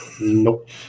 nope